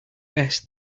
best